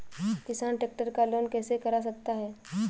किसान ट्रैक्टर का लोन कैसे करा सकता है?